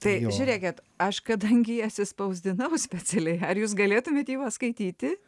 tai žiūrėkit aš kadangi atsispausdinau specialiai ar jūs galėtumėt jį paskaityti